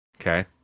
Okay